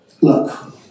Look